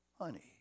honey